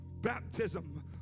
Baptism